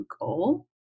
goal